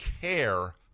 care